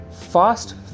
fast